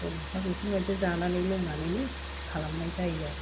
दा बेफोरबायदि जानानै लोंनानैनो फुरथि खालामनाय जायो आरो